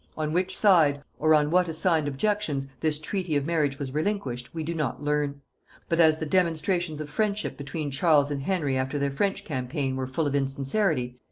on which side, or on what assigned objections, this treaty of marriage was relinquished, we do not learn but as the demonstrations of friendship between charles and henry after their french campaign were full of insincerity,